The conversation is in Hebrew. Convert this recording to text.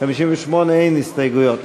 ל-58 אין הסתייגויות.